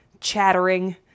chattering